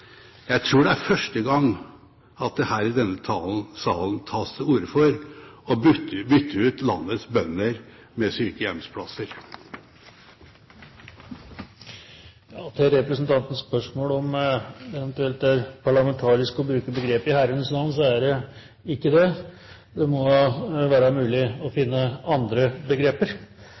Jeg tror det er første gang det her i denne salen tas til orde for å bytte ut landets bønder med sykehjemsplasser. Til representantens spørsmål om hvorvidt begrepet «i Herrens navn» er parlamentarisk, kan presidentene meddele at det er det ikke. Det må være mulig å finne andre begreper